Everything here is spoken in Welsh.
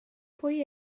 pwy